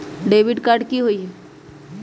Debit card की होई?